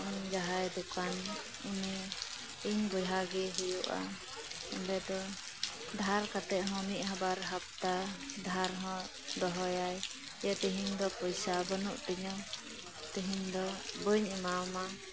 ᱡᱟᱸᱦᱟᱭ ᱫᱚᱠᱟᱱ ᱩᱱᱤ ᱤᱧ ᱵᱚᱭᱦᱟ ᱜᱮ ᱦᱩᱭᱩᱜᱼᱟ ᱚᱰᱮ ᱫᱚ ᱫᱷᱟᱨ ᱠᱟᱛᱮ ᱦᱚᱸ ᱢᱤᱫ ᱦᱟᱵᱟᱨ ᱦᱟᱯᱛᱟ ᱫᱷᱟᱨ ᱦᱚᱸ ᱫᱚᱦᱚᱭᱟ ᱡᱮ ᱛᱤᱦᱤᱧ ᱫᱚ ᱯᱚᱭᱥᱟ ᱵᱟᱹᱱᱩᱜ ᱛᱤᱧᱟ ᱛᱤᱦᱤᱧ ᱫᱚ ᱵᱟᱹᱧ ᱮᱢᱟᱦᱟᱢᱟ